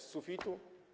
Z sufitu?